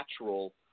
natural